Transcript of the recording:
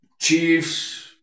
Chiefs